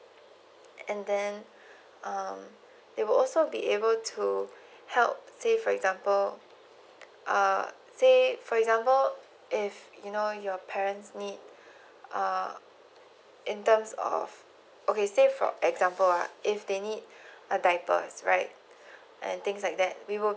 and then uh they will also be able to help say for example uh say for example if you know your parents need uh in terms of okay say for example ah if they need a diaper right and things like that we will be